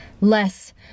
less